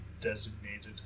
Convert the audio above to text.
designated